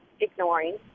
ignoring